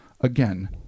Again